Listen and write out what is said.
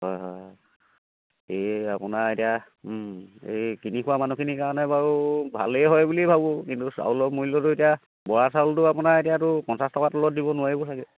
হয় হয় হয় এই আপোনাৰ এতিয়া এই কিনি খোৱা মানুহখিনিৰ কাৰণে বাৰু ভালেই হয় বুলিয়েই ভাবোঁ কিন্তু চাউলৰ মূল্যটো এতিয়া বৰা চাউলটো আপোনাৰ এতিয়াতো পঞ্চাছ টকাৰ তলত দিব নোৱাৰিবো চাগে